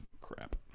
Crap